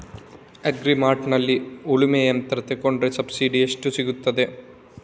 Agri ಮಾರ್ಟ್ನಲ್ಲಿ ಉಳ್ಮೆ ಯಂತ್ರ ತೆಕೊಂಡ್ರೆ ಸಬ್ಸಿಡಿ ಎಷ್ಟು ಸಿಕ್ತಾದೆ?